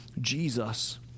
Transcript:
Jesus